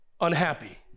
unhappy